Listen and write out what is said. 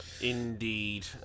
Indeed